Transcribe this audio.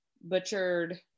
butchered